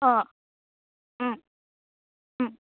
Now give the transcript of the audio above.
অ'